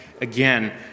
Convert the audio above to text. again